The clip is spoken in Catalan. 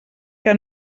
que